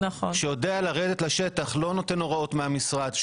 שיודע לרדת לשטח לא נותן הוראות מהמשרד,